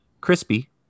Crispy